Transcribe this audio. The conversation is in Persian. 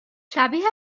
شبیه